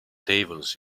tables